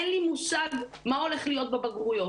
אין לי מושג מה הולך להיות בבגרויות,